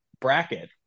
bracket